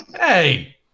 hey